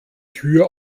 tür